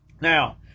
Now